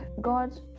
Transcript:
God